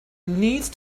need